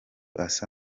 asa